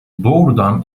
doğrudan